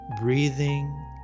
breathing